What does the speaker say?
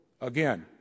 Again